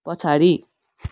पछाडि